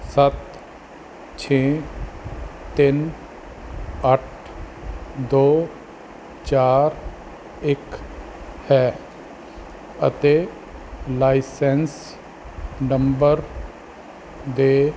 ਸੱਤ ਛੇ ਤਿੰਨ ਅੱਠ ਦੋ ਚਾਰ ਇੱਕ ਹੈ ਅਤੇ ਲਾਈਸੈਂਸ ਨੰਬਰ ਦੇ